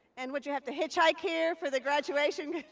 and would you have to hitchhike here for the graduation?